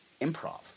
improv